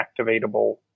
activatable